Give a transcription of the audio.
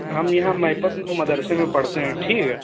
ہم یہاں مہیپت مدرسے میں پڑھتے ہیں ٹھیک ہے